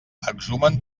exhumen